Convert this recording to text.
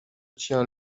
tiens